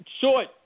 Short